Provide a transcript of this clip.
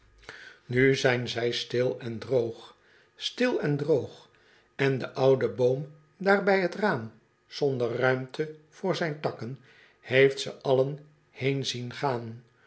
nu zijn zy stil en droog stil en droog en de oude boom daar bij t raam zonder ruimte voor zijne takken heeft ze allen heen zien gaan